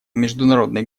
международный